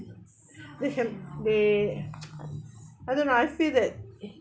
they can they I don't know I feel that